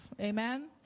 amen